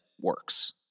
works